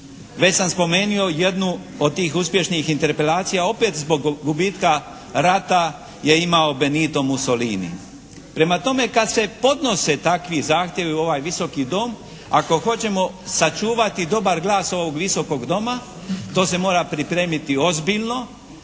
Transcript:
Već sam spomenuo jednu od tih uspješnih interpelacija opet zbog gubitka rata je imao Benito Mussolini. Prema tome kad se podnose takvi zahtjevi u ovaj Visoki dom ako hoćemo sačuvati dobar glas ovog Visokog doma to se mora pripremiti ozbiljno